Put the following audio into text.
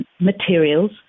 materials